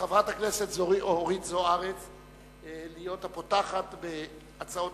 חברת הכנסת אורית זוארץ להיות הפותחת בהצעות